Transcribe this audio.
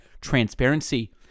transparency